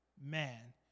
man